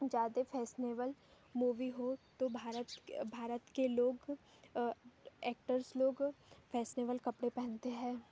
ज्यादे fashionable movie हो तो भारत के भारत के लोग ऐक्टर्स लोग फैशनेबल कपड़े पहनते हैं